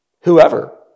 whoever